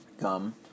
gum